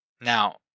Now